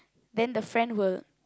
then the friend will